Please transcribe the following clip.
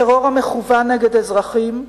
טרור המכוון נגד אזרחים,